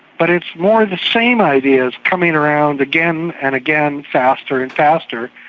but it's more the same ideas coming around again and again, faster and faster,